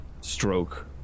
stroke